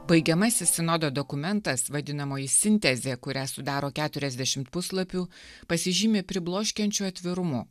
baigiamasis sinodo dokumentas vadinamoji sintezė kurią sudaro keturiasdešimt puslapių pasižymi pribloškiančiu atvirumu